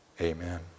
Amen